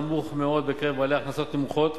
נמוך מאוד בקרב בעלי הכנסות נמוכות,